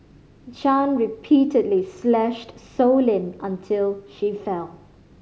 Chan repeatedly slashed Sow Lin until she fell